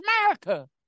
America